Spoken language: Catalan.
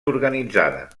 organitzada